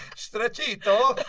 stretchito